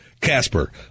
Casper